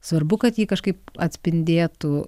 svarbu kad jį kažkaip atspindėtų